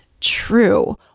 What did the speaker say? true